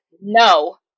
no